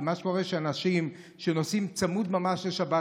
כי מה שקורה הוא שאנשים שנוסעים צמוד ממש לשבת,